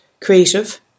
creative